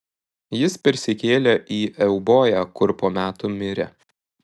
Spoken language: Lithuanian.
jis persikėlė į euboją kur po metų mirė